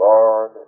Lord